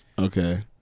Okay